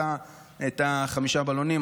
את חמישה הבלונים,